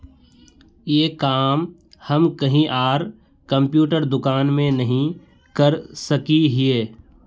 ये काम हम कहीं आर कंप्यूटर दुकान में नहीं कर सके हीये?